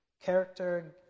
character